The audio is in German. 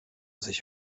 sich